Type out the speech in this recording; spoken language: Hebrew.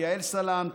יעל סלנט,